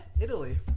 Italy